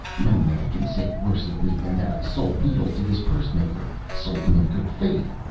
no man can say worse of me than that i sold needles to this pursemaker sold them in good faith!